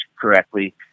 correctly